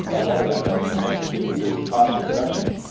a lot of that goes domestically into pasta production.